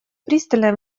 пристальное